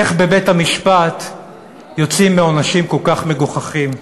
איך בבית-המשפט יוצאים בעונשים כל כך מגוחכים?